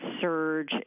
surge